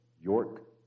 York